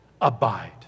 abide